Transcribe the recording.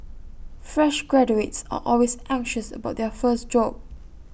fresh graduates are always anxious about their first job